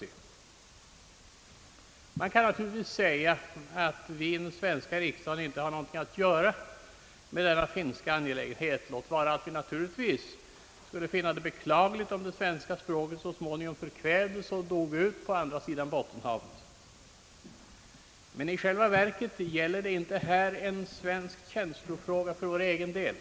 Man kan naturligtvis säga att vi i den svenska riksdagen inte har något att göra med denna finska angelägenhet — låt vara att vi skulle finna det beklagligt om det svenska språket så småningom förkvävdes och dog ut på andra sidan Bottenhavet. Men i själva verket gäller det inte här en svensk känslofråga för vår egen del.